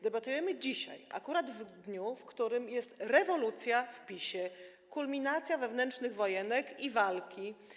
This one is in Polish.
Debatujemy dzisiaj, akurat w dniu, w którym jest rewolucja w PiS-ie, kulminacja wewnętrznych wojenek i walki.